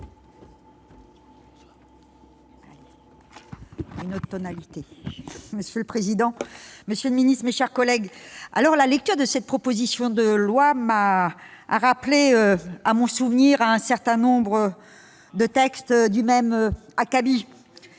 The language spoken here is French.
Mme Éliane Assassi. Monsieur le président, monsieur le secrétaire d'État, mes chers collègues, la lecture de cette proposition de loi a rappelé à mon souvenir un certain nombre de textes du même acabit